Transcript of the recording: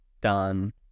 done